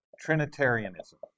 Trinitarianism